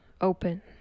open